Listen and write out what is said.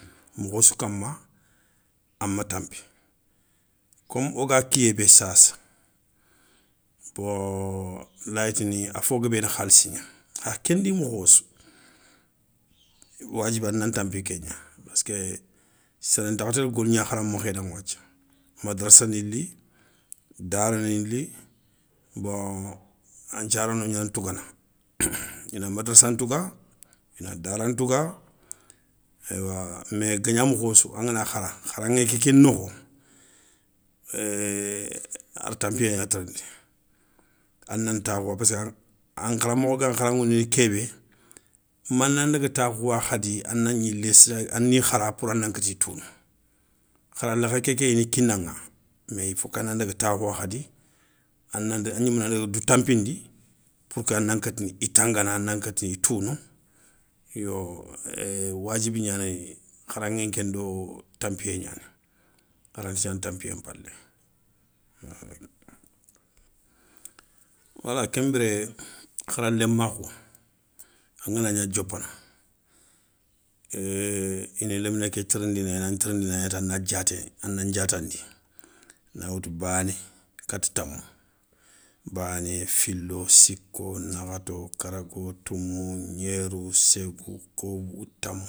Mokho sou kama ama tampi comme o ga kiye be sassa. Bon laayi tini a fo gabe ni khalissi gna. kha ke ndi mokho sou wadjibi ana tampi ke gna. parceque sere ntakha ntélé goligna kharamokhé daŋa wathia, madarassa ni li, daara ni li bon an nthiarano gnani tougana. Ina madarasa ntouga, ina daara ntouga, eywa mais gagna mokho sou angana khara kharaŋé ké ké nokho, a di tampiye gna tirindi. Ana ntakhou wa, pessé an, an kharamokho ga nkharaŋoudini kébé. mana ndaga takhouwa khadi ana gnile sa, ani khara poura nan kati tounou. khara lekhe ke ké i ni kinaŋa mais il faut ana ndaga takhouwa khadi, a gnimé nan daga dou tanpindi, pourque a na nkatini i tangana a na nkatini i tounou, yo éé wadjibi gnanéyi, kharaŋé nké ndo tampiyé gnani. Aranta gnana tampiye mpale. Wala kembire khara lemakhou; an gana gna diopana ini lemine ke tirindini, i nan tirindina ina ti ana diaate, ana ndjatandi, na woutou baane kati tamou. Baane, filo, sikko, nakhato, karago, toumou, gnerou, segou, kobou, tamou.